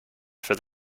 for